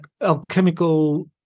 alchemical